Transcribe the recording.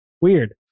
weird